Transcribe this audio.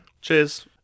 Cheers